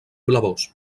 blavós